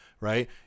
Right